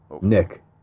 Nick